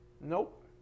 Nope